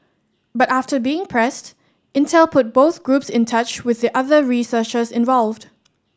but after being pressed Intel put both groups in touch with the other researchers involved